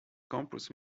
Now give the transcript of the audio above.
campus